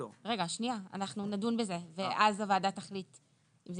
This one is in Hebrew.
אנחנו נדון בזה ואז הוועדה תחליט אם זה